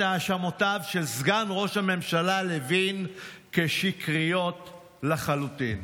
האשמותיו של סגן ראש הממשלה לוין שקריות לחלוטין.